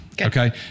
okay